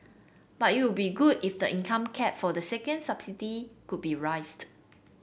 but it would be good if the income cap for the second subsidy could be raised